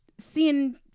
seeing